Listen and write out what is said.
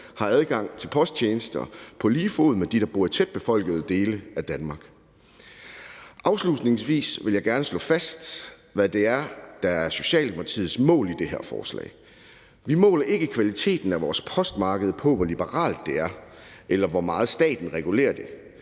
har adgang til posttjenester på lige fod med dem, der bor i tætbefolkede dele af Danmark. Afslutningsvis vil jeg gerne slå fast, hvad det er, der er Socialdemokratiets mål i det her forslag. Vi måler ikke kvaliteten af vores postmarked på, hvor liberalt det er, eller hvor meget staten regulerer det;